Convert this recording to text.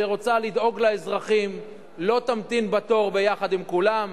שרוצה לדאוג לאזרחים, לא תמתין בתור ביחד עם כולם.